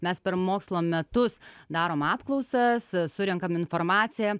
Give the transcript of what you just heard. mes per mokslo metus darom apklausas surenkam informaciją